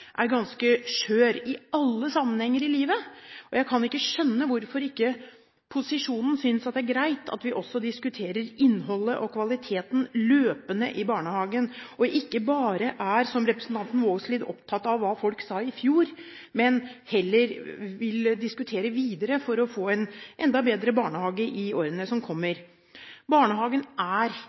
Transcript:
jeg kan ikke skjønne hvorfor ikke posisjonen synes at det er greit at vi også diskuterer løpende innholdet og kvaliteten i barnehagen, og ikke bare er, som representanten Vågslid, opptatt av hva folk sa i fjor, men at vi heller vil diskutere videre for å få en enda bedre barnehage i årene som kommer. Barnehagen er